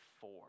four